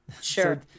Sure